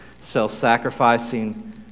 self-sacrificing